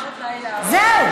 זהו.